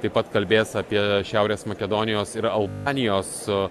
taip pat kalbės apie šiaurės makedonijos ir albanijos